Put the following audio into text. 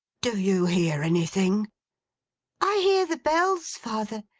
do you hear anything i hear the bells, father.